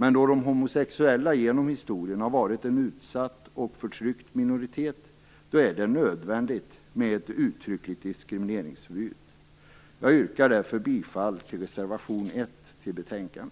Men då de homosexuella genom historien har varit en utsatt och förtryckt minoritet, är det nödvändigt med ett uttryckligt diskrimineringsförbud. Jag yrkar därför bifall till reservation 1. Jag kan